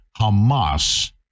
Hamas